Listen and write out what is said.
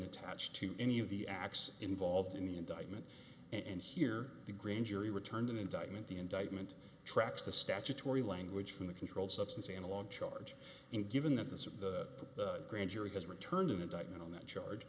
attached to any of the acts involved in the indictment and here the grand jury returned an indictment the indictment tracks the statutory language from the controlled substance and a long charge and given that the suit the grand jury has returned an indictment on that charge